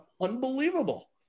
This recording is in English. unbelievable